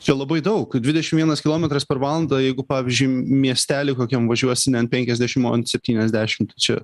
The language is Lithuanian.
čia labai daug dvidešim vienas kilometras per valandą jeigu pavyzdžiui miestely kokiam važiuosi ne an penkiasdešim o septyniasdešim tai čia